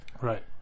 right